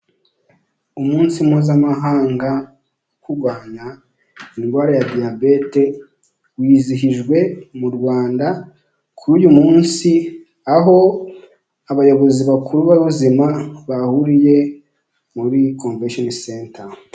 Umunsi mpuzamahanga, wo kurwanya indwara ya diyabete, wizihijwe mu Rwanda kuri uyu munsi, aho abayobozi bakuru b'abazima bahuriye muri komvesheni senta.